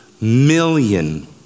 million